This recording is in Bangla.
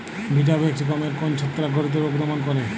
ভিটাভেক্স গমের কোন ছত্রাক ঘটিত রোগ দমন করে?